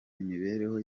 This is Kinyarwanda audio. imibereho